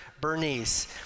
Bernice